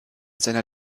seiner